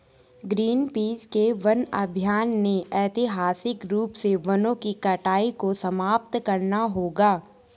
Greenpeace के वन अभियान ने ऐतिहासिक रूप से वनों की कटाई को समाप्त करना होगा